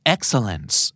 Excellence